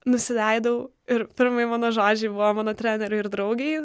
nusileidau ir pirmi mano žodžiai buvo mano treneriui ir draugei